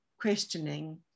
questioning